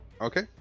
Okay